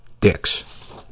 dicks